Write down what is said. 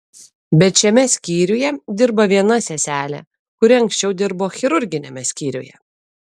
bet šiame skyriuje dirba viena seselė kuri anksčiau dirbo chirurginiame skyriuje